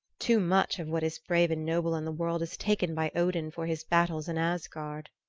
too much of what is brave and noble in the world is taken by odin for his battles in asgard.